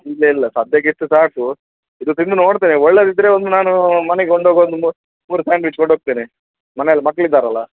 ಇಲ್ಲ ಇಲ್ಲ ಸದ್ಯಕ್ಕೆ ಇಷ್ಟು ಸಾಕು ಇದು ತಿಂದು ನೋಡ್ತೇನೆ ಒಳ್ಳೇದು ಇದ್ದರೆ ಒಂದು ನಾನು ಮನೆಗೆ ಕೊಂಡೋಗೋದು ಒಂದು ಮೂರು ಸ್ಯಾಂಡ್ವಿಚ್ ಕೊಂಡು ಹೋಗ್ತೇನೆ ಮನೇಲಿ ಮಕ್ಳು ಇದ್ದಾರಲ್ಲ